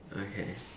okay